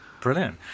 brilliant